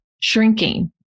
shrinking